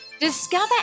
Discover